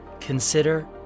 Consider